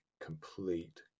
complete